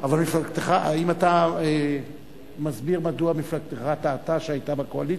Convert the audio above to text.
אבל האם אתה מסביר מדוע מפלגתך טעתה שהיתה בקואליציה?